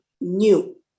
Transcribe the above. new